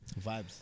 Vibes